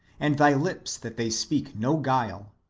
and thy lips that they speak no guile.